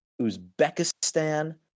Uzbekistan